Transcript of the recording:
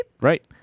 Right